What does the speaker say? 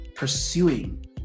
Pursuing